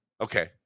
Okay